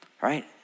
Right